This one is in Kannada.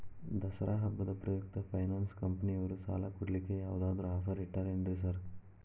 ದಸರಾ ಹಬ್ಬದ ಪ್ರಯುಕ್ತ ಫೈನಾನ್ಸ್ ಕಂಪನಿಯವ್ರು ಸಾಲ ಕೊಡ್ಲಿಕ್ಕೆ ಯಾವದಾದ್ರು ಆಫರ್ ಇಟ್ಟಾರೆನ್ರಿ ಸಾರ್?